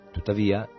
Tuttavia